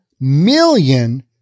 million